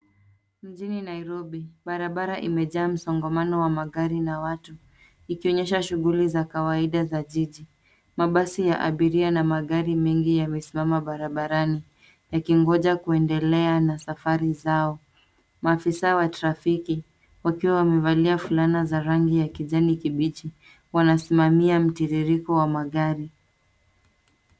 Mjini Nairobi, barabara imejaa msongamano wa magari na watu, ikionyesha shughuli za kawaida za jiji. Mabasi ya abiria na magari mengi yamesimama barabarani yakingoja kuendelea na safari zao. Maafisa wa trafiki, wakiwa wamevalia fulana za rangi ya kijani kibichi, wanasimamia mtiririko wa magari.